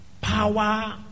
power